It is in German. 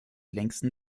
längsten